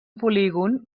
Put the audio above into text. polígon